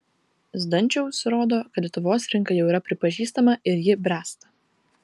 zdančiaus rodo kad lietuvos rinka jau yra pripažįstama ir ji bręsta